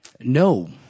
No